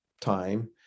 time